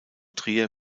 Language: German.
trier